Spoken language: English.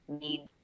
need